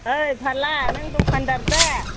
ओइ फारला नों दखानदार दा